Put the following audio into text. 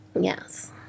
Yes